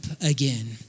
again